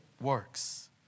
works